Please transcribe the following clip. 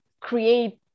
create